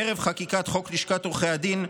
ערב חקיקת חוק לשכת עורכי הדין,